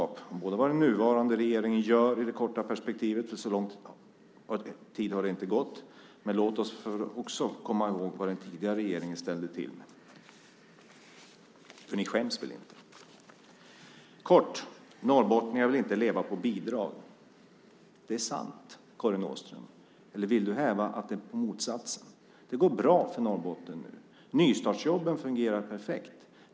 Det är bra att veta vad den nuvarande regeringen gör i det korta perspektivet, för så lång tid har det inte gått, men låt oss också komma ihåg vad den tidigare regeringen ställde till med - för ni skäms väl inte? Norrbottningar vill inte leva på bidrag - det är sant, Karin Åström. Eller vill du hävda motsatsen? Det går bra för Norrbotten nu. Nystartsjobben fungerar perfekt.